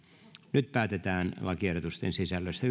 nyt päätetään lakiehdotusten sisällöstä